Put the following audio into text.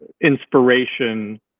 inspiration